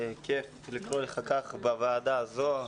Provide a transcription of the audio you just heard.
כיף לקרוא לך כך בוועדה הזאת.